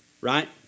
right